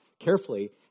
carefully